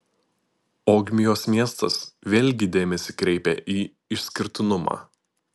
ogmios miestas vėlgi dėmesį kreipia į išskirtinumą